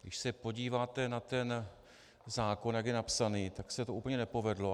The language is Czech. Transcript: Když se podíváte na ten zákon, jak je napsaný, tak se to úplně nepovedlo.